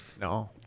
No